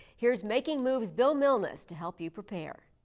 here's making moves bill milnes to help you prepare.